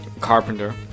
carpenter